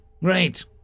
Great